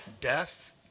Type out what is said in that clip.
death